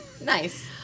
Nice